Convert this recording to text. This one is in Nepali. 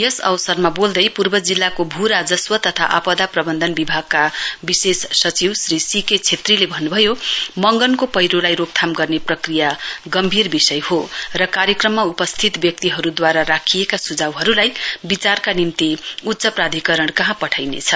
यस अवसरमा बोल्दै पूर्व जिल्लाको भू राजस्व तथा आपदा प्रबन्धन विभागका विशेष सचिव श्री सी के छेत्रीले भन्नुभयो मंगनको पैह्रोलाई रोकथाम गर्ने प्रक्रिया गम्भीर विषय हो र कार्यक्रममा उपस्थित व्यक्तिहरूद्वारा राखिएका सुझाउहरूलाई विचारका निम्ति उच्च प्राधिकरण कहाँ पठाइनेछ